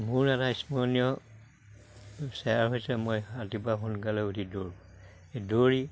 মোৰ এটা স্মৰণীয় শ্বেয়াৰ হৈছে মই ৰাতিপুৱা সোনকালে উঠি দৌৰো দৌৰি